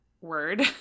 word